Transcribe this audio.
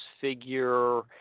figure